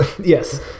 Yes